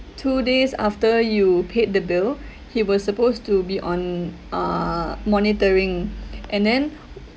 two days after you paid the bill he was supposed to be on uh monitoring and then